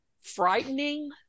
frightening